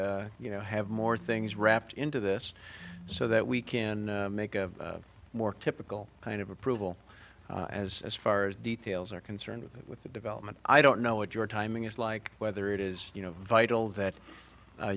and you know have more things wrapped into this so that we can make a more typical kind of approval as as far as details are concerned with the development i don't know what your timing is like whether it is you know vital that